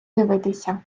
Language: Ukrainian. дивитися